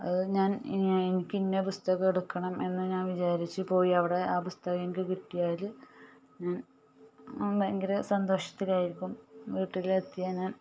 അത് ഞാൻ ഇനി എനിക്ക് ഇന്ന പുസ്തകം എടുക്കണം എന്ന് ഞാൻ വിചാരിച്ചു പോയി അവിടെ ആ പുസ്തകം എനിക്ക് കിട്ടിയാൽ ഞാൻ ഭയങ്കര സന്തോഷത്തിലായിരിക്കും വീട്ടിലെത്തിയ ഞാൻ